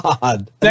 god